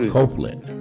Copeland